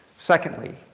secondly,